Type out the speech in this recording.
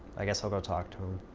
i guess i'll go talk to him.